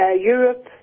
Europe